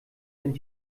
sind